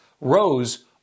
rose